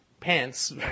pants